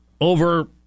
over